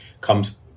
comes